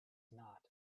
not